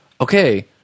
Okay